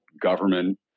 government